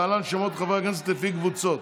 להלן שמות חברי הכנסת לפי קבוצות: